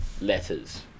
letters